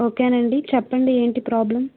okay నండి చెప్పండి ఏంటి ప్రాబ్లం